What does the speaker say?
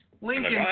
Lincoln